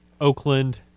Oakland